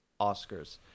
Oscars